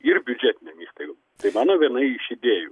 ir biudžetinėm įstaigom tai mano viena iš idėjų